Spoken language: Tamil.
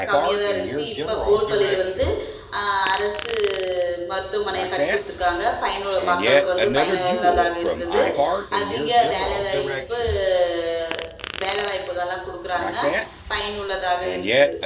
கம்மியாகதான் இருந்துச்சி இப்போ போல்பள்ளியில் வந்து அரசு மருத்துவமனையை கட்டிக் கொடுத்துருக்காங்க பயனுள் மக்களுக்கு வந்து பயனுள்ளதாக இருக்குது அதிக வேலை வாய்ப்பு வேலை வாய்ப்புகள்லாம் கொடுக்கறாங்க பயனுள்ளதாக இருக்குது